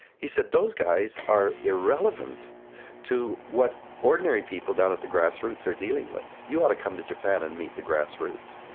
he said, those guys are irrelevant to what ordinary people down at the grassroots are dealing with. you ought to come to japan and meet the grassroots.